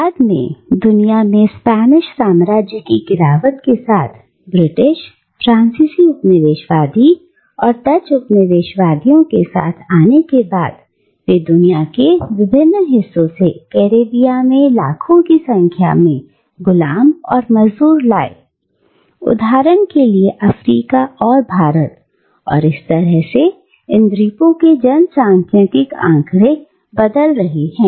बाद में दुनिया में स्पेनिश साम्राज्य की गिरावट के साथ ब्रिटिश फ्रांसीसी उपनिवेशवादी और डच उपनिवेशवादियों के एक साथ आने के बाद वे दुनिया के विभिन्न हिस्सों से कैरेबिया में लाखों की संख्या में गुलाम और मजदूर लाए उदाहरण के लिए अफ्रीका और भारत और इस तरह से इन द्वीपों के जनसांख्यिकी आंकड़े बदल रहे हैं